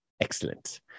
Excellent